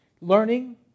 learning